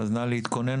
נא להתכונן,